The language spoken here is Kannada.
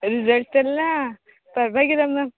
ರಿಸಲ್ಟ್ ಎಲ್ಲ ಪರವಾಗಿಲ್ಲ ಮ್ಯಾಮ್